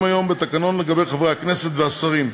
היום בתקנון לגבי חברי הכנסת והשרים.